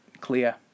clear